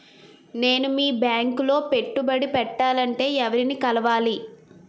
నేను మీ బ్యాంక్ లో పెట్టుబడి పెట్టాలంటే ఎవరిని కలవాలి?